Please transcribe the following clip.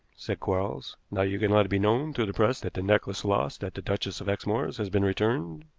said quarles. now you can let it be known through the press that the necklace lost at the duchess of exmoor's has been returned.